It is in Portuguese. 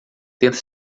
tenta